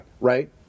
Right